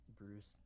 Bruce